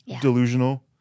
delusional